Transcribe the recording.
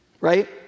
Right